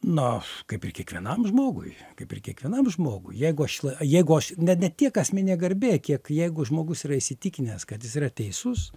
na kaip ir kiekvienam žmogui kaip ir kiekvienam žmogui jeigu aš jeigu aš ne ne tiek asmeninė garbė kiek jeigu žmogus yra įsitikinęs kad jis yra teisus